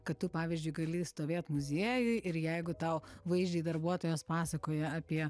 kad tu pavyzdžiui gali stovėt muziejuj ir jeigu tau vaizdžiai darbuotojas pasakoja apie